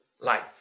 life